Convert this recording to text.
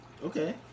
Okay